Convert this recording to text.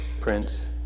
prince